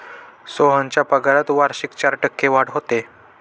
सोहनच्या पगारात वार्षिक चार टक्के वाढ होते